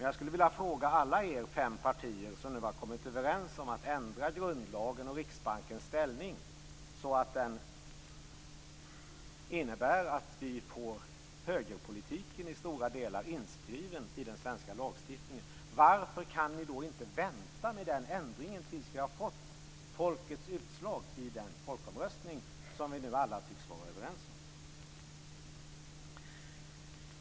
Jag vill fråga er alla fem partier som nu har kommit överens om att ändra grundlagen och riksbankens ställning så att högerpolitiken i stora delar inskrivs i den svenska lagstiftningen. Varför kan ni inte vänta med den ändringen tills folket har fällt sitt utslag i den folkomröstning som vi nu alla tycks vara överens om?